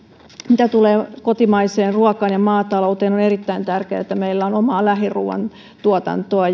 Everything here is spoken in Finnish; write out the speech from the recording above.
mitä tulee kotimaiseen ruokaan ja maatalouteen on on erittäin tärkeää että meillä on omaa lähiruuan tuotantoa